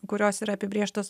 kurios yra apibrėžtos